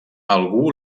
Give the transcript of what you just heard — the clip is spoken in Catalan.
algú